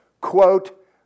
quote